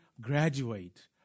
graduate